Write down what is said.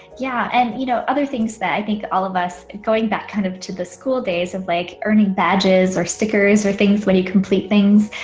yeah and you know other things that i think all of us going back kind of to the school days of like earning badges or stickers or things when you complete things,